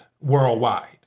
worldwide